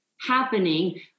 happening